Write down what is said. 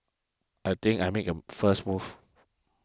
I think I'll make a first move